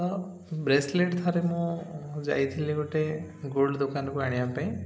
ତ ବ୍ରେସଲେଟ୍ ଥରେ ମୁଁ ଯାଇଥିଲି ଗୋଟେ ଗୋଲ୍ଡ ଦୋକାନକୁ ଆଣିବା ପାଇଁ